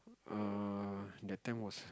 err that time was